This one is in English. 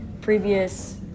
previous